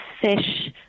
fish